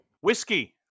Whiskey